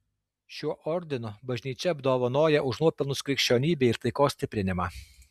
šiuo ordinu bažnyčia apdovanoja už nuopelnus krikščionybei ir taikos stiprinimą